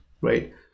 right